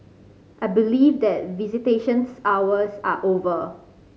I believe that visitation hours are over